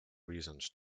reasons